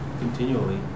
continually